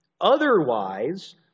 Otherwise